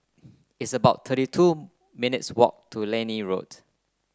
it's about thirty two minutes' walk to Liane Road